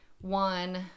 one